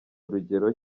urugero